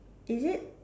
is it